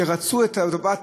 שרצו את טובת